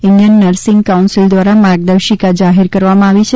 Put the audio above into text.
Indian nursing council દ્વારા માર્ગદર્શિકા જાહેર કરવામાં આવી છે